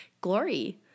Glory